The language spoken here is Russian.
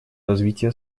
развития